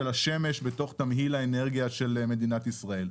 השמש בתוך תמהיל האנרגיה של מדינת ישראל.